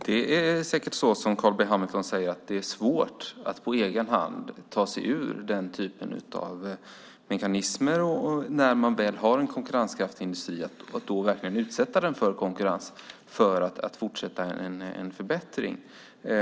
Herr talman! Det är säkert så som Carl B Hamilton säger, att det är svårt att på egen hand ta sig ur den typen av mekanismer och att när man väl har en konkurrenskraftig industri verkligen utsätta den för konkurrens för att få en förbättring.